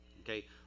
Okay